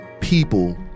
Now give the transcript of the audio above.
people